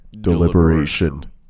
Deliberation